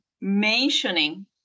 mentioning